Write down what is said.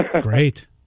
Great